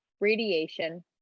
radiation